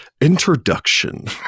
Introduction